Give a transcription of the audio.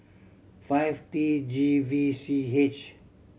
five T G V C H